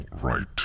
right